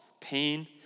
pain